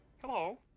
Hello